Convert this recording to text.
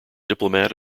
diplomat